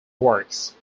works